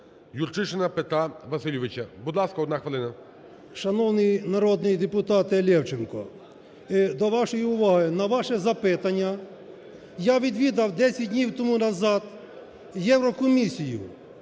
Юрчишина Петра Васильовича, будь ласка, одна хвилина. 11:44:00 ЮРЧИШИН П.В. Шановний народний депутате Левченко, до вашої уваги, на ваше запитання. Я відвідав 10 днів тому назад Єврокомісію.